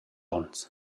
ons